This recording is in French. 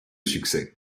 succès